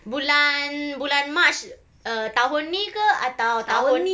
bulan bulan march err tahun ni ke atau tahun